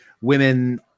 women